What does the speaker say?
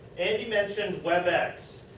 andy mentioned webex.